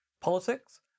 Politics